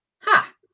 Ha